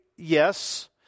Yes